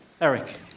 Eric